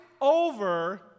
over